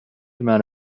amount